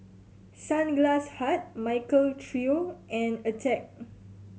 Sunglass Hut Michael Trio and Attack